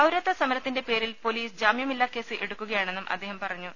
പൌരത്വ സമരത്തിന്റെപേരിൽ പൊലീസ് ജാമ്യമില്ലാകേസ് എടുക്കുകയാണെന്നും അദ്ദേഹം പറഞ്ഞു